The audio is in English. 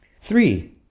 Three